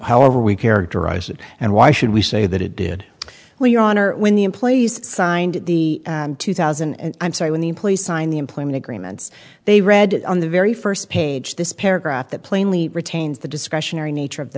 however we characterize it and why should we say that it did well your honor when the employees signed the two thousand and i'm sorry when the employees sign the employment agreements they read on the very first page this paragraph that plainly retains the discretionary nature of the